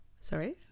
Sorry